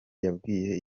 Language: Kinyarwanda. yabwiye